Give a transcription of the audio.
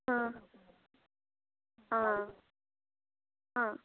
ആ ആ ആ